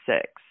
six